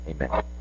amen